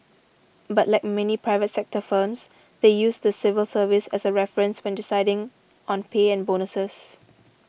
but like many private sector firms they use the civil service as a reference when deciding on pay and bonuses